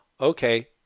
okay